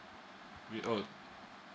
with all